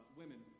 women